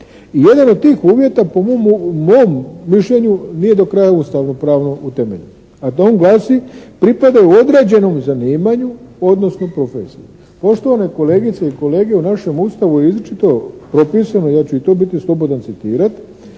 jedan od tih uvjeta po mom mišljenju nije do kraja ustavno pravno utemelje. A to on glasi, pripadaju određenom zanimanju odnosno profesiji. Poštovane kolegice i kolege, u našem Ustavu je izričito propisano, ja ću i to biti slobodan citirat: